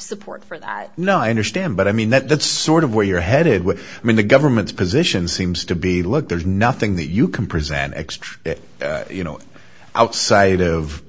support for that no i understand but i mean that's sort of where you're headed with i mean the government's position seems to be look there's nothing that you can present extra that you know outside of